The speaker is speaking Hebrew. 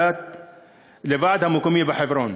לוועד המקומי בחברון.